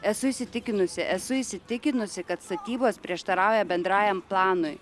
esu įsitikinusi esu įsitikinusi kad statybos prieštarauja bendrajam planui